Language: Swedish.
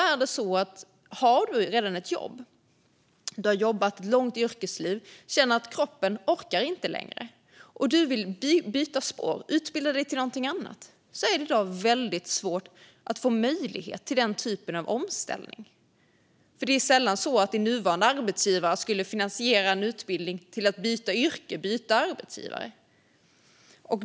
Om du redan har ett jobb, har jobbat länge i ditt yrkesliv och känner att kroppen inte orkar längre och därför vill byta spår och utbilda dig till någonting annat är det i dag väldigt svårt att få möjlighet till den typen av omställning. Det är ju sällan så att din nuvarande arbetsgivare skulle finansiera en utbildning som innebär att du kommer att byta yrke och arbetsgivare.